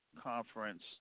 conference